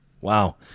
Wow